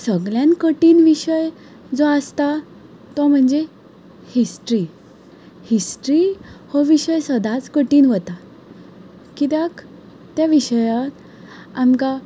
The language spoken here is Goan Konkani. सगल्यान कठीन विशय जो आसता तो म्हणजे हिस्ट्री हिस्ट्री हो विशय सदांच कठीन वता किद्याक त्या विशयाक आमकां